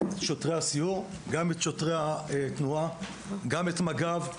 שוטרי הסיור אלא גם את שוטרי התנועה וגם את מג"ב.